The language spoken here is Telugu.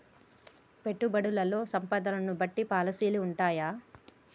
పెట్టుబడుల్లో సంపదను బట్టి పాలసీలు ఉంటయా?